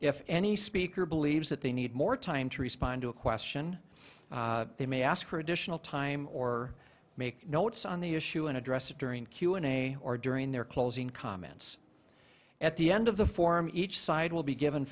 if any speaker believes that they need more time to respond to a question they may ask for additional time or make notes on the issue and address it during q and a or during their closing comments at the end of the form each side will be given